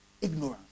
Ignorance